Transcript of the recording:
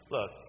Look